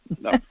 no